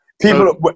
People